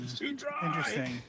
Interesting